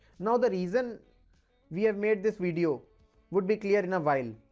now the reason we have made this video would be clear in a while.